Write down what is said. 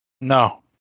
No